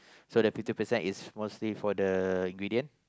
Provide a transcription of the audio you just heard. so that fifty percent is mostly for the ingredient